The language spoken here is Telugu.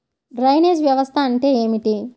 డ్రైనేజ్ వ్యవస్థ అంటే ఏమిటి?